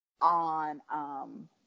On